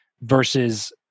versus